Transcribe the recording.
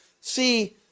see